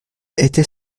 était